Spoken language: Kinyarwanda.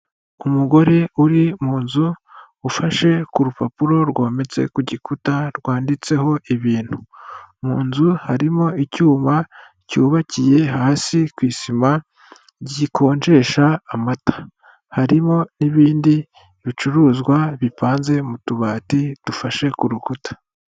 Umugore uri mu nzu ufashe ku rupapuro rwometse ku gikuta rwanditseho ibintu, mu nzu harimo icyuma cyubakiye hasi ku isima gikonjesha amata, harimo n'ibindi bicuruzwa bipanze mu tubati dufashe ku rukuta.